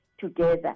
together